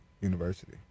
University